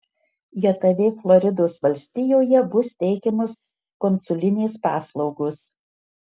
jav floridos valstijoje bus teikiamos konsulinės paslaugos